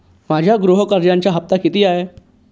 माझ्या गृह कर्जाचा हफ्ता किती आहे?